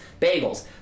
bagels